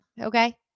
Okay